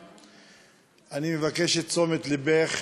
אני מבקש את תשומת לבך,